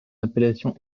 appellation